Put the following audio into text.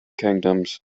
kingdoms